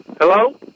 Hello